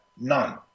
None